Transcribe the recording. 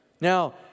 Now